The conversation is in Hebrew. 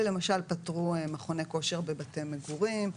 ולמשל פטרו מכוני כושר בבתי מגורים,